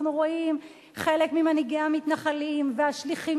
אנחנו רואים חלק ממנהיגי המתנחלים והשליחים